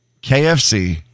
KFC